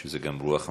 שזה גם רוח המפקד,